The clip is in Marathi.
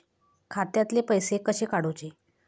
खात्यातले पैसे कसे काडूचे?